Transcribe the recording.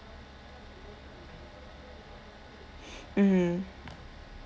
mmhmm